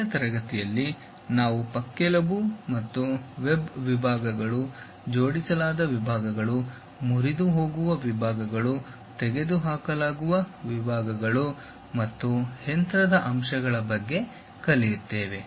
ಮುಂದಿನ ತರಗತಿಯಲ್ಲಿ ನಾವು ಪಕ್ಕೆಲುಬು ಮತ್ತು ವೆಬ್ ವಿಭಾಗಗಳು ಜೋಡಿಸಲಾದ ವಿಭಾಗಗಳು ಮುರಿದುಹೋಗುವ ವಿಭಾಗಗಳು ತೆಗೆದುಹಾಕಲಾಗುವ ವಿಭಾಗಗಳು ಮತ್ತು ಯಂತ್ರದ ಅಂಶಗಳ ಬಗ್ಗೆ ಕಲಿಯುತ್ತೇವೆ